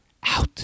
out